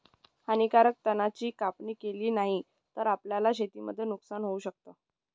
हानीकारक तणा ची कापणी केली नाही तर, आपल्याला शेतीमध्ये नुकसान होऊ शकत